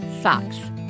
Socks